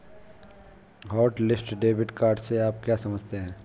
Hotlist debit card से आप क्या समझते हैं?